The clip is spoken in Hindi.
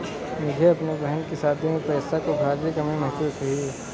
मुझे अपने बहन की शादी में पैसों की भारी कमी महसूस हुई